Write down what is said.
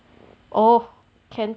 oh can